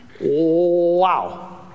Wow